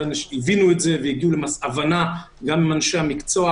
הבינו את זה והגיעו להבנה גם עם אנשי המקצוע,